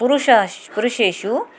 पुरुषः पुरुषेषु